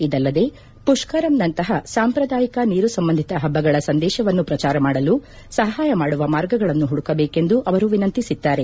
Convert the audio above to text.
ಇದಲ್ಲದೆ ಪುಷ್ತರಮ್ ನಂತಹ ಸಾಂಪ್ರದಾಯಿಕ ನೀರು ಸಂಬಂಧಿತ ಹಬ್ಲಗಳ ಸಂದೇಶವನ್ನು ಪ್ರಚಾರ ಮಾಡಲು ಸಹಾಯ ಮಾಡುವ ಮಾರ್ಗಗಳನ್ನು ಹುಡುಕಬೇಕೆಂದು ಅವರು ವಿನಂತಿಸಿದ್ದಾರೆ